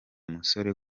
musore